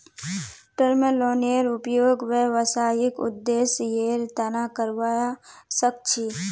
term लोनेर उपयोग व्यावसायिक उद्देश्येर तना करावा सख छी